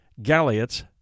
galleots